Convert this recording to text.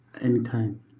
anytime